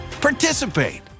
participate